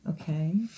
Okay